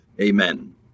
Amen